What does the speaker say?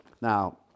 now